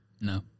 No